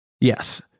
Yes